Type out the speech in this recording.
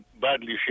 badly